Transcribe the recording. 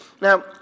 Now